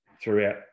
throughout